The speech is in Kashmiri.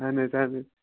اَہَن حظ اَہن حظ